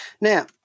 Now